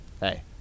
hey